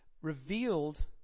revealed